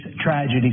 tragedy